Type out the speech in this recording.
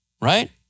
right